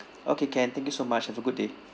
okay can thank you so much have a good day